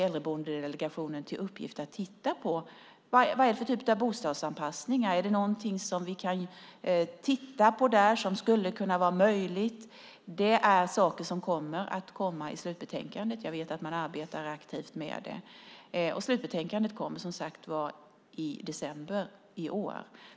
Äldreboendedelegationen har också till uppgift att se över vad det är för typ av bostadsanpassningar som behövs och vad som är möjligt. Det är saker som kommer i slutbetänkandet. Jag vet att man arbetar aktivt med det. Slutbetänkandet kommer som sagt i december i år.